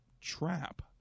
trap